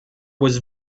was